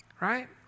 right